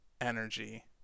energy